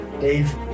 Dave